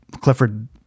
Clifford